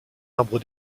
arbres